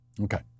Okay